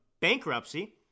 bankruptcy